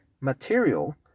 material